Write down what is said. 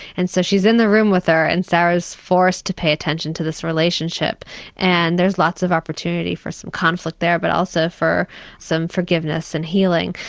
and so she's in the room with her and sarah's forced to pay attention to this relationship and there's lots of opportunity for some conflict there but also for some forgiveness and healing.